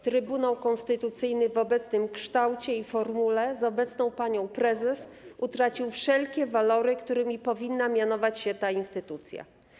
Trybunał Konstytucyjny w obecnym kształcie i formule z obecną panią prezes utracił wszelkie walory, którymi powinna cechować się ta instytucja.